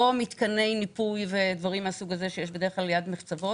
לא מתקני ניפוי ודברים מהסוג הזה שיש בדרך כלל ליד מחצבות